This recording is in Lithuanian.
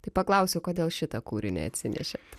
tai paklausiu kodėl šitą kūrinį atsinešėt